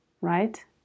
Right